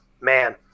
Man